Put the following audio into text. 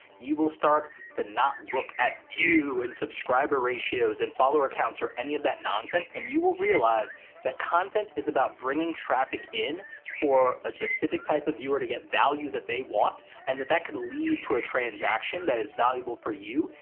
you will start to not look at view and subscriber ratios and follower counts or any of that nonsense, and you will realize that content is about bringing traffic in for a specific type of viewer to get value that they want, and that that can lead to a transaction that is valuable for you,